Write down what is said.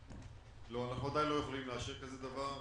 אנחנו עדיין לא יכולים לאשר כזה דבר,